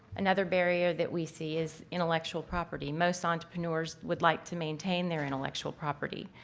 another barrier that we see is intellectual property. most entrepreneurs would like to maintain their intellectual property.